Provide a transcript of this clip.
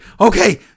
okay